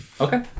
Okay